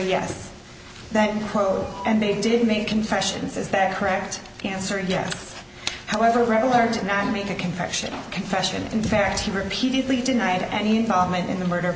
yes that quote and they didn't make concessions is that correct answer yes however regular to not make a confession confession in fact he repeatedly denied any involvement in the murder